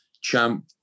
champ